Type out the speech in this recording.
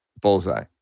bullseye